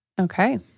Okay